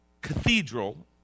cathedral